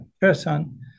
person